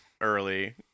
early